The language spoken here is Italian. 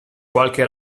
qualche